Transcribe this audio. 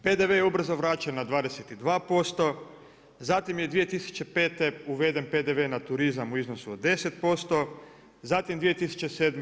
PDV je ubrzo vraćen na 22%, zatim je 2005. uveden PDV na turizam u iznosu od 10%, zatim 2007.